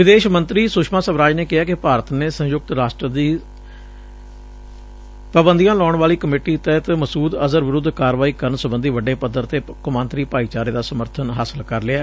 ਵਿਦੇਸ਼ ਮੰਤਰੀ ਸੁਸ਼ਮਾ ਸਵਰਾਜ ਨੇ ਕਿਹੈ ਕਿ ਭਾਰਤ ਨੇ ਸੰਯੁਕਤ ਰਾਸ਼ਟਰ ਦੀ ਸੈਨਕਸ਼ਨਜ਼ ਕਮੇਟੀ ਤਹਿਤ ਮਸੁਦ ਅਜ਼ਹਰ ਵਿਰੁੱਧ ਕਾਰਵਾਈ ਕਰਨ ਸਬੰਧੀ ਵੱਡੇ ਪੱਧਰ ਤੇ ਕੌਮਾਂਤਰੀ ਭਾਈਚਾਰੇ ਦਾ ਸਮਰਬਨ ਹਾਸਲ ਕਰ ਲਿਐ